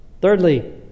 Thirdly